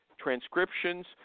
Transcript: transcriptions